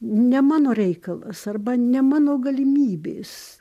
ne mano reikalas arba ne mano galimybės